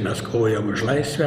mes kovojam už laisvę